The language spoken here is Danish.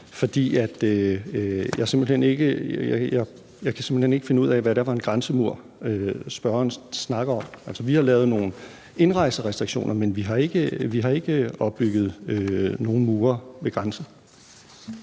for jeg kan simpelt hen ikke finde ud af, hvad det er for en grænsemur, spørgeren snakker om. Altså, vi har lavet nogle indrejserestriktioner, men vi har ikke opbygget nogen mure ved grænsen.